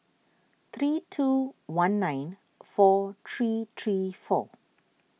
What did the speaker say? three two one nine four three three four